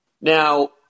Now